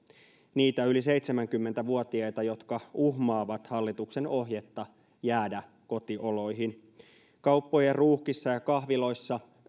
niitä yli seitsemänkymmentä vuotiaita jotka uhmaavat hallituksen ohjetta jäädä kotioloihin kauppojen ruuhkissa ja kahviloissa